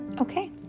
Okay